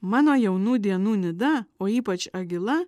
mano jaunų dienų nida o ypač agila